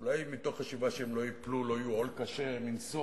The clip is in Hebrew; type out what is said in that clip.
אולי מתוך חשיבה שהם לא ייפלו ולא יהיו עול קשה מנשוא,